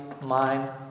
mind